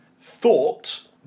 thought